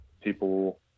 People